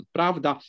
Pravda